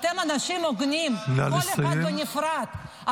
אתם אנשים הוגנים כל אחד בנפרד,